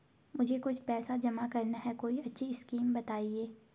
मुझे कुछ पैसा जमा करना है कोई अच्छी स्कीम बताइये?